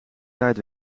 tijd